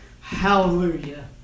Hallelujah